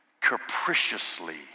capriciously